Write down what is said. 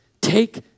take